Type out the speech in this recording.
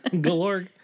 Galore